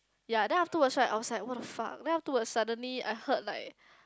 ya then afterwards right I was like what the fuck then afterwards suddenly I heard like